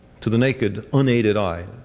to the naked, unaided eye,